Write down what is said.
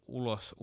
ulos